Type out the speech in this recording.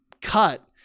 cut